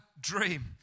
dream